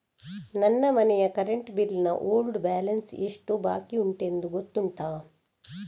ನನ್ನ ಮನೆಯ current bill ನ ಓಲ್ಡ್ ಬ್ಯಾಲೆನ್ಸ್ ಎಷ್ಟು ಬಾಕಿಯುಂಟೆಂದು ಗೊತ್ತುಂಟ?